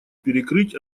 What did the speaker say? перекрыть